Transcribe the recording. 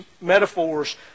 metaphors